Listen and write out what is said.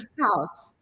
house